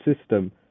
system